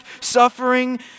suffering